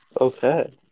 Okay